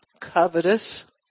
covetous